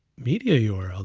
media yeah url,